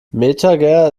metager